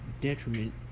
detriment